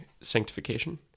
sanctification